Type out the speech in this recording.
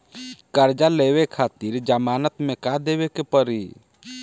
कर्जा लेवे खातिर जमानत मे का देवे के पड़ी?